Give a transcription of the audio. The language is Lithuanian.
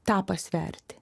tą pasverti